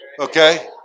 okay